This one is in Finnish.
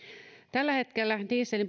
tällä hetkellä dieselin